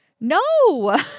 No